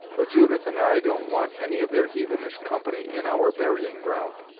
for judith and i don't want any of their heathenish company in our burying ground.